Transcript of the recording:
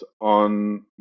on